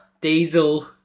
Diesel